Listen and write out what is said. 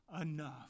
enough